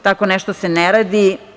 Tako nešto se ne radi.